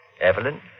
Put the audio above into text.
Evelyn